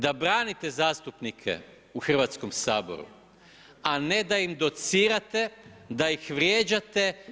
Da branite zastupnike u Hrvatskom saboru, a ne da im docirate, da ih vrijeđate.